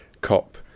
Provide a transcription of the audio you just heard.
cop